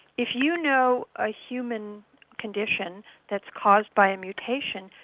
if you know a human condition that's caused by a mutation,